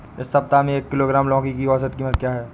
इस सप्ताह में एक किलोग्राम लौकी की औसत कीमत क्या है?